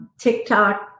TikTok